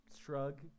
shrug